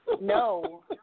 No